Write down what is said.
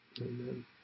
Amen